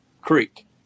creek